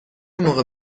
موقع